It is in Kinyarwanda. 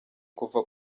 kuva